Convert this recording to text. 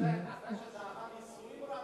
אחרי שזה עבר ייסורים רבים.